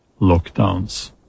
lockdowns